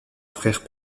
frères